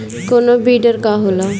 कोनो बिडर का होला?